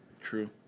True